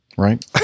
right